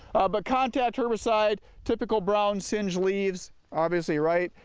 but contact herbicides, typical brown singed leaves obviously right.